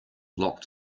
locked